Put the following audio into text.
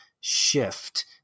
shift